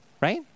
right